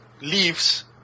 leaves